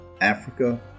Africa